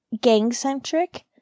gang-centric